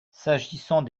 s’agissant